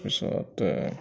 তাৰপিছতে